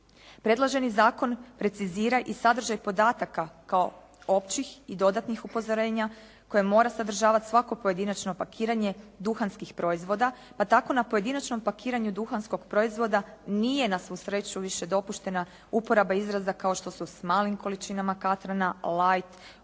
Predloženi zakon precizira i sadržaj podataka kao općih i dodatnih upozorenja koje mora sadržavati svako pojedinačno pakiranje duhanskih proizvoda, pa tako na pojedinačnom pakiranju duhanskog proizvoda nije na svu sreću više dopuštena uporaba izraza kao što su s malim količinama katrana, light, ultra